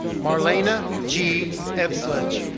marlena g. epsuch.